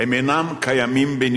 הם אינם בנפרד,